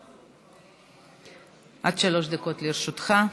עד שלוש דקות לרשותך.